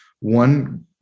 One